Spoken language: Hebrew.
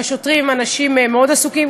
והשוטרים הם אנשים מאוד עסוקים,